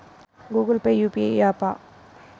Google Pay UPI య్యాపా?